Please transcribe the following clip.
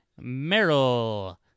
Meryl